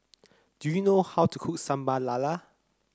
do you know how to cook Sambal Lala